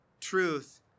truth